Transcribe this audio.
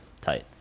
tight